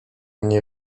mnie